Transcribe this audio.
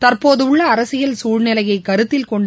தற்போதுள்ள அரசியல் சூழ்நிலையை கருத்தில்கொண்டு